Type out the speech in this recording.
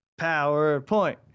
PowerPoint